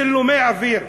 צילומי אוויר.